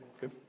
good